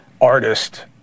artist